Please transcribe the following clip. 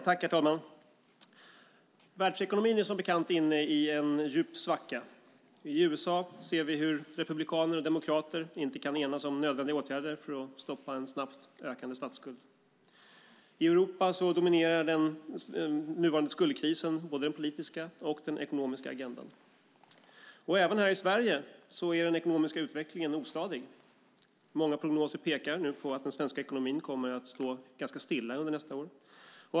Herr talman! Världsekonomin är som bekant inne i en djup svacka. I USA ser vi hur republikaner och demokrater inte kan enas om nödvändiga åtgärder för att stoppa en snabbt ökande statsskuld. I Europa dominerar den nuvarande skuldkrisen både den politiska och den ekonomiska agendan. Även här i Sverige är den ekonomiska utvecklingen ostadig. Många prognoser pekar nu på att den svenska ekonomin kommer att stå ganska stilla under nästa år.